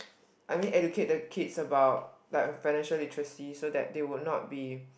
I mean educated kids about like financial literacy so that they will not be